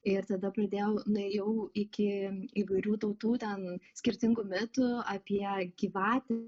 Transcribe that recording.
ir tada pradėjau nuėjau iki įvairių tautų ten skirtingų mitų apie gyvatę